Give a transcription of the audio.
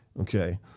Okay